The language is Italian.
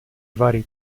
vari